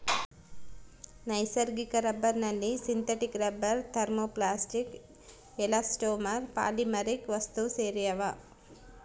ನೈಸರ್ಗಿಕ ರಬ್ಬರ್ನಲ್ಲಿ synthetic rubber thermoplastic elastomer polymeric ವಸ್ತುಸೇರ್ಯಾವ